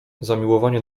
zamiłowanie